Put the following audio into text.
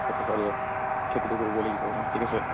সেইটো হয় দিয়ক খেতিতো কৰিবই লাগিব ন ঠিক আছে